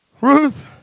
Ruth